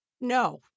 no